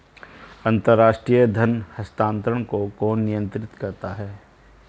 अंतर्राष्ट्रीय धन हस्तांतरण को कौन नियंत्रित करता है?